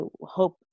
hope